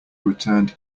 returned